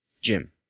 Jim